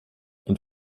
und